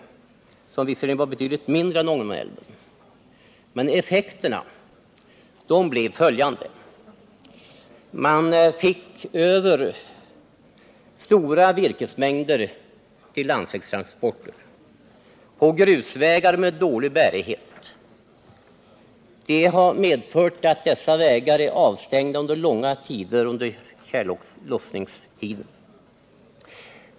De var visserligen betydligt mindre än Ångermanälven, men effekterna blev följande: Stora virkesmängder lades över till landsvägstransport på grusvägar med dålig bärighet. Det har medfört att dessa vägar i tjällossningstider är avstängda under långa perioder.